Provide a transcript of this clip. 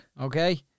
Okay